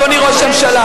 אדוני ראש הממשלה.